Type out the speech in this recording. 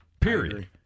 Period